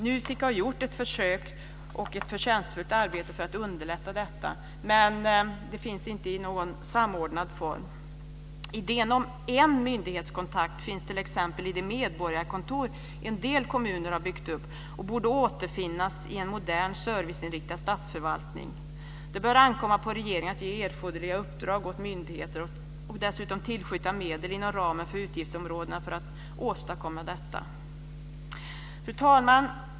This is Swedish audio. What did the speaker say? NUTEK har gjort ett försök och ett förtjänstfullt arbete för att underlätta detta, men det finns inte i någon samordnad form. Idén om en myndighetskontakt finns t.ex. i de medborgarkontor som en del kommuner har byggt upp och sådana borde återfinnas i en modern serviceinriktad statsförvaltning. Det bör ankomma på regeringen att ge erforderliga uppdrag åt myndigheter och tillskjuta medel inom ramen för utgiftsområdena för att åstadkomma detta. Fru talman!